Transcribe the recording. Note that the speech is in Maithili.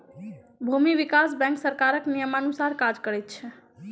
भूमि विकास बैंक सरकारक नियमानुसार काज करैत छै